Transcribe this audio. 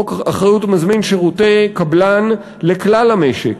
חוק אחריות המזמין שירותי קבלן לכלל המשק.